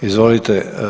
Izvolite.